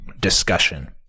discussion